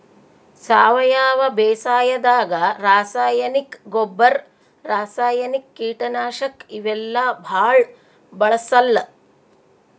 ಸಾವಯವ ಬೇಸಾಯಾದಾಗ ರಾಸಾಯನಿಕ್ ಗೊಬ್ಬರ್, ರಾಸಾಯನಿಕ್ ಕೀಟನಾಶಕ್ ಇವೆಲ್ಲಾ ಭಾಳ್ ಬಳ್ಸಲ್ಲ್